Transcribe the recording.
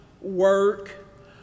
work